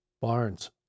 Barnes